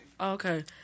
Okay